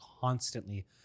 constantly